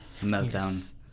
meltdown